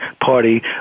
Party